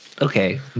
okay